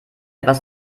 etwas